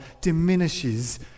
diminishes